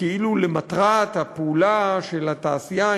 כאילו למטרת הפעולה של התעשייה,